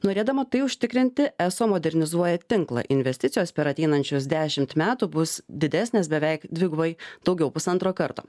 norėdama tai užtikrinti eso modernizuoja tinklą investicijos per ateinančius dešimt metų bus didesnės beveik dvigubai daugiau pusantro karto